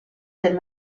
del